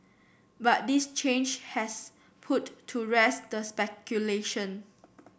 but this change has put to rest the speculation